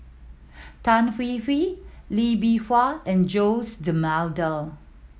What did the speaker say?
Tan Hwee Hwee Lee Bee Wah and Jose D'Almeida